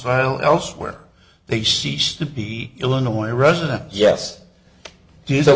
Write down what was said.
style elsewhere they ceased to be illinois resident yes he's a